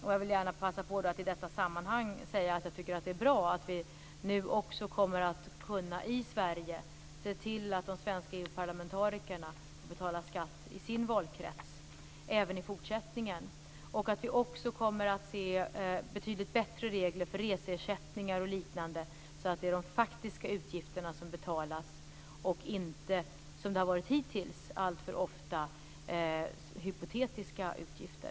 Jag tycker att det är bra att vi nu också i Sverige kommer att kunna se till att de svenska EU parlamentarikerna får betala skatt i sin valkrets även i fortsättningen. Vi kommer också att se betydligt bättre regler för reseersättningar och liknande så att det är de faktiska utgifterna som betalas och inte, som det hittills alltför ofta har varit, hypotetiska utgifter.